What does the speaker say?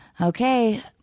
Okay